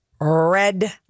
red